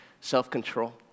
self-control